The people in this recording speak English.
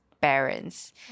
parents